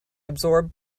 absorbed